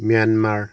Myanmar